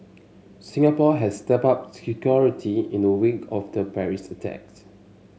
Singapore has stepped up security in the wake of the Paris attacks